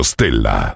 Stella